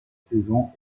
saison